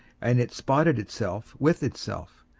and it spotteth itself with itself.